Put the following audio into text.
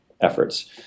efforts